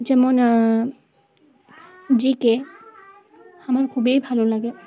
যেমন G K আমার খুবই ভালো লাগে